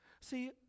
See